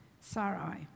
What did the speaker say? Sarai